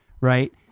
right